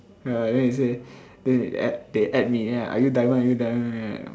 ya then they say then they add they add me are you diamond are you diamond